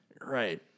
right